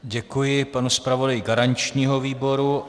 Děkuji panu zpravodaji garančního výboru.